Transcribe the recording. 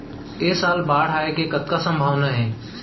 ऐ साल बाढ़ आय के कतका संभावना हे?